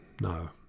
no